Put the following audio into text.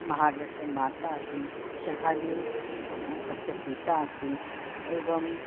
महाराजस्य माता अस्ति शहाजी तस्य पिता अस्ति एवम्